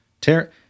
tear